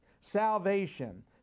salvation